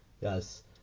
yes